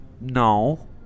No